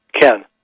Ken